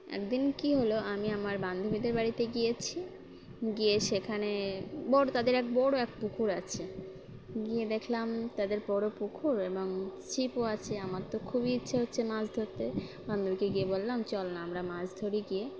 একদিন কি হলো আমি আমার বান্ধবীদের বাড়িতে গিয়েছি গিয়ে সেখানে বড়ো তাদের এক বড়ো এক পুকুর আছে গিয়ে দেখলাম তাদের বড়ো পুকুর এবং ছিপও আছে আমার তো খুবই ইচ্ছে হচ্ছে মাছ ধরতে বান্ধবীকে গিয়ে বললাম চল না আমরা মাছ ধরি গিয়ে